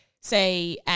say